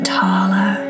taller